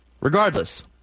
Regardless